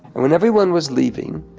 and when everyone was leaving,